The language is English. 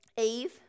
Eve